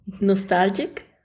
Nostalgic